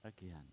again